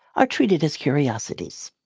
ah treated as curiosities.